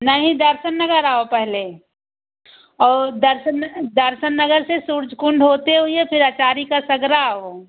नहीं दर्शन नगर आओ पहले और दर्शन दर्शन नगर से सूरज कुंड होते हुए फिर अचारी का सगरा आओ